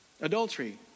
Adultery